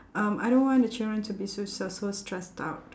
um I don't want the children to be so se~ so stressed out